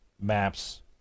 maps